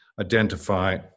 identify